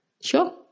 sure